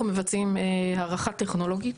אנחנו מבצעים הערכה טכנולוגית,